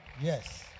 Yes